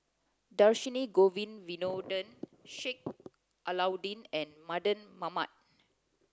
Dhershini Govin Winodan Sheik Alau'ddin and Mardan Mamat